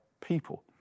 people